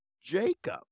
Jacob